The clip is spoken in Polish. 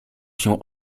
się